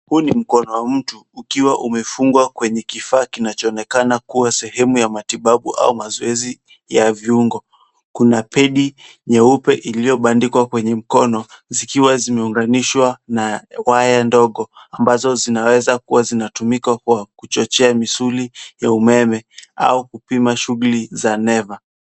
Huu ni mkono wa mtu, ukiwa umefungwa kwenye kifaa kinachoonekana kuwa sehemu ya matibabu au mazoezi ya viungo. Kuna pedi nyeupe iliyobandikwa kwenye mkono, zikiwa zimeunganishwa na waya ndogo ambazo zinaweza kuwa zinatumika kwa kuchochea misuli ya umeme, au kupima shughuli za neva.